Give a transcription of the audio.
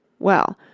well,